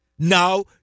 Now